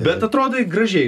bet atrodai gražiai